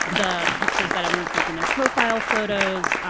the pictures that everyone's making, their profile photos,